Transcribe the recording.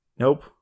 Nope